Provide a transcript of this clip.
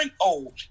old